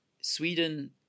Sweden